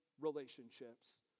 relationships